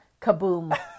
Kaboom